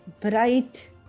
bright